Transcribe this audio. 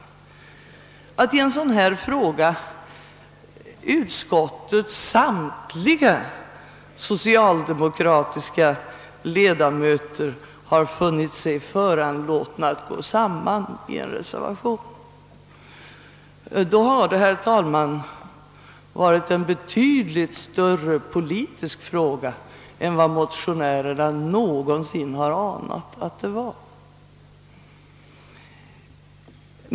Det är tydligen, herr talman, en betydligt större politisk fråga än motionärerna har anat!